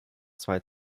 zwei